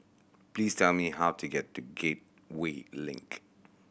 please tell me how to get to Gateway Link